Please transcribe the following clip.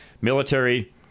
military